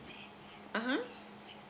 (uh huh)